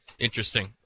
Interesting